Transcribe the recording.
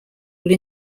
will